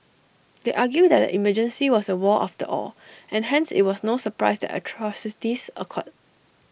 they argue that the emergency was A war after all and hence IT was no surprise atrocities occurred